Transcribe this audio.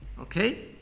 Okay